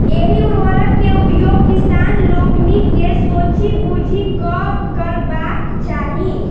एहि उर्वरक के उपयोग किसान लोकनि के सोचि बुझि कअ करबाक चाही